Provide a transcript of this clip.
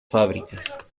fábricas